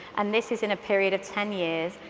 and this is in a period of ten years.